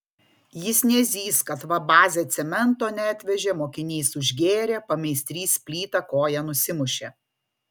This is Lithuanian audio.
jis nezys kad va bazė cemento neatvežė mokinys užgėrė pameistrys plyta koją nusimušė